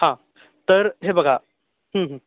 हा तर हे बघा हं हं